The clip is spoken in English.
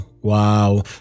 Wow